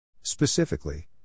Specifically